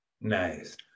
Nice